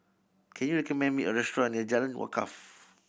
can you recommend me a restaurant near Jalan Wakaff